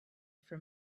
from